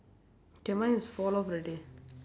K mine is fall off already